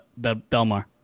Belmar